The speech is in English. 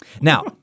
Now